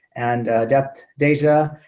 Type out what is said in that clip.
and depth data,